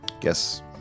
guess